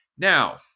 Now